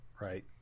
Right